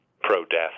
pro-death